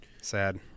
Sad